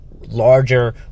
larger